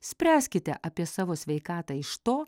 spręskite apie savo sveikatą iš to